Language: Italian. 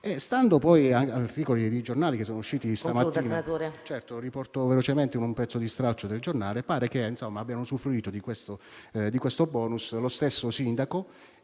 Stando poi agli articoli di giornale che sono usciti stamattina (di cui riporto velocemente uno stralcio), pare che abbiano usufruito di questo *bonus* lo stesso sindaco,